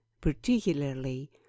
particularly